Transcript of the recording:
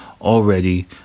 already